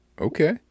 okay